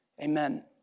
Amen